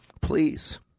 Please